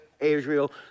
Israel